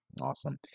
Awesome